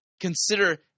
Consider